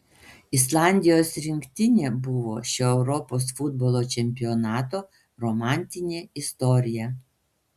islandijos rinktinė buvo šio europos futbolo čempionato romantinė istorija